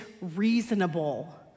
reasonable